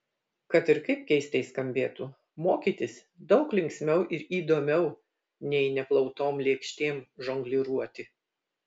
kad ir kaip keistai skambėtų mokytis daug linksmiau ir įdomiau nei neplautom lėkštėm žongliruoti